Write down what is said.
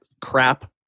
crap